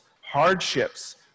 hardships